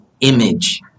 image